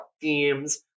themes